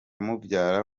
mubyara